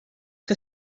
que